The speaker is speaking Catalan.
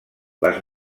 les